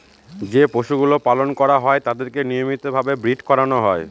যে পশুগুলো পালন করা হয় তাদেরকে নিয়মিত ভাবে ব্রীড করানো হয়